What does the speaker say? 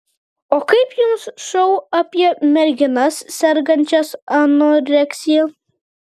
o kaip jums šou apie merginas sergančias anoreksija